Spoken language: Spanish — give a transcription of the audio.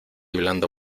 blando